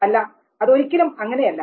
അല്ല അത് ഒരിക്കലും അങ്ങനെയല്ല